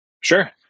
Sure